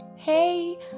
Hey